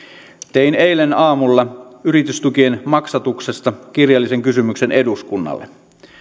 tein eilen aamulla yritystukien maksatuksesta kirjallisen kysymyksen eduskunnalle